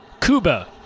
Cuba